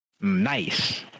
Nice